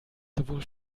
sowohl